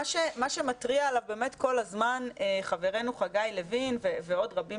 מה שמתריע עליו באמת כל הזמן חברנו חגי לוין ועוד רבים